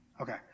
Okay